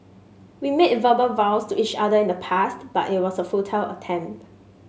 we made verbal vows to each other in the past but it was a futile attempt